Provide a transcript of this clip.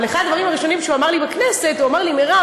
אבל אחד הדברים הראשונים שהוא אמר לי בכנסת: מירב,